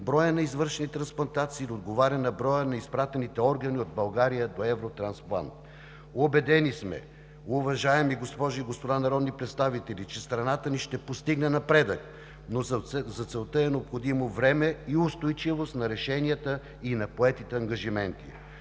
броят на извършените трансплантации да отговаря на броя на изпратените органи от България до „Евротрансплант“. Убедени сме, уважаеми госпожи и господа народни представители, че страната ни ще постигне напредък, но за целта е необходимо време и устойчивост на решенията и на поетите ангажименти.